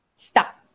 Stop